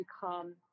become